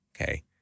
Okay